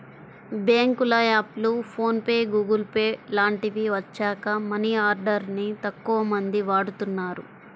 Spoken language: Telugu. బ్యేంకుల యాప్లు, ఫోన్ పే, గుగుల్ పే లాంటివి వచ్చాక మనీ ఆర్డర్ ని తక్కువమంది వాడుతున్నారు